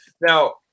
Now